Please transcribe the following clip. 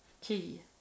key